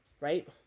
Right